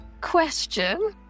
Question